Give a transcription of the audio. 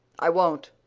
i won't,